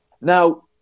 Now